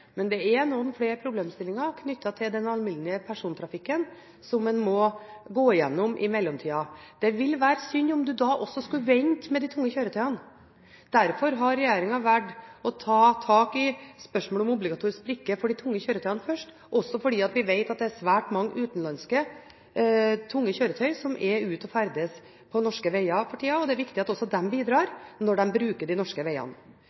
alminnelige persontrafikken som en må gå igjennom i mellomtiden. Det ville være synd om en da skulle vente med de tunge kjøretøyene. Derfor har regjeringen valgt å ta tak i spørsmålet om obligatorisk brikke for de tunge kjøretøyene først, også fordi vi vet at det er svært mange utenlandske tunge kjøretøy som ferdes på norske veier for tiden, og det er viktig at også de bidrar når de bruker de norske veiene.